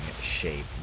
shape